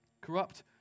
Corrupt